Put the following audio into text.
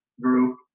group